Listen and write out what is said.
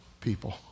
people